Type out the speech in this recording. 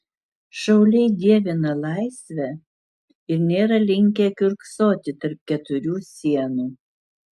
šauliai dievina laisvę ir nėra linkę kiurksoti tarp keturių sienų